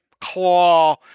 claw